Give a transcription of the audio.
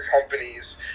companies